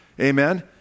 Amen